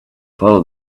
follow